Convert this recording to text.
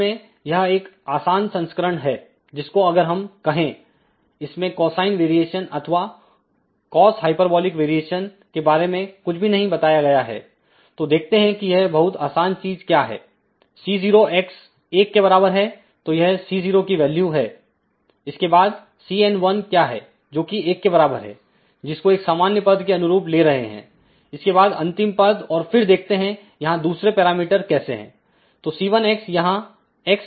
असल में यह एक आसान संस्करण है जिसको अगर कहेंइसमेंकोसाइन वेरिएशन अथवा कॉस हाइपरबॉलिक वेरिएशन के बारे में कुछ भी नहीं बताया गया है तो देखते हैं कि यह बहुत आसान चीज क्या है C0 एक के बराबर है तोयह C0 की वैल्यू है इसके बाद Cn क्या है जो कि 1 के बराबर है जिसको एक सामान्य पद के अनुरूप ले रहे हैं इसके बाद अंतिम पद और फिर देखते हैं यहां दूसरे पैरामीटर कैसे है तो C1 यहां x क्या है